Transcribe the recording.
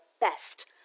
best